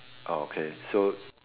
okay so